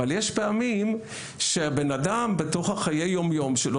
אבל יש פעמים שבנאדם בתוך החיי יומיום שלו,